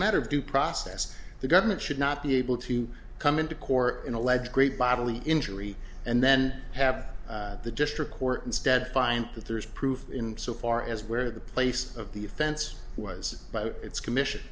a matter of due process the government should not be able to come into court and allege great bodily injury and then have the district court instead find that there is proof in so far as where the place of the offense was but it's commission